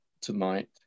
tonight